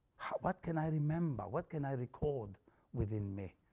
what can i remember? what can i recall within me?